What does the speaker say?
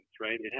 right